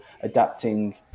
adapting